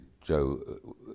Joe